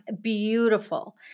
Beautiful